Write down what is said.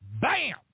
Bam